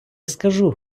скажу